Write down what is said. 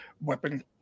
weapon